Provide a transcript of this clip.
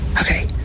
Okay